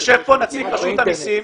יושב כאן נציג רשות המסים.